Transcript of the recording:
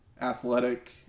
athletic